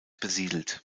besiedelt